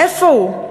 איפה הוא?